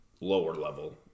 lower-level